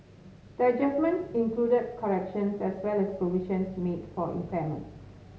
the adjustments included corrections as well as provisions made for impairment